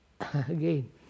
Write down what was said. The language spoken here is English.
again